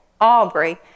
Aubrey